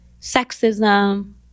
sexism